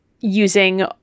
using